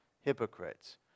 Hypocrites